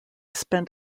spent